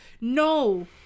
No